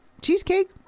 cheesecake